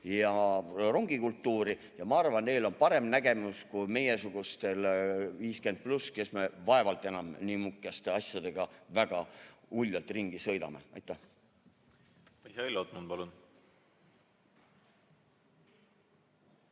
ja rongikultuuri, ja ma arvan, et neil on parem nägemus kui meiesugustel 50+, kes me vaevalt enam nihukeste asjadega väga uljalt ringi sõidame. Aitäh!